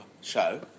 Show